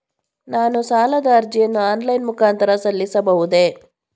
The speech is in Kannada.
ನಾನು ಸಾಲದ ಅರ್ಜಿಯನ್ನು ಆನ್ಲೈನ್ ಮುಖಾಂತರ ಸಲ್ಲಿಸಬಹುದೇ?